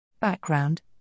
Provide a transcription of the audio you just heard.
Background